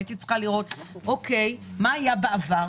הייתי צריכה לראות מה היה בעבר,